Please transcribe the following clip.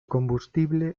combustible